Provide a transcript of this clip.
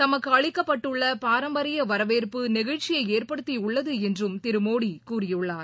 தமக்குஅளிக்கப்பட்டுள்ளபாரம்பரியவரவேற்பு நெகிழ்ச்சியைஏற்படுத்தியுள்ளதுஎன்றும் திருமோடிகூறியுள்ளார்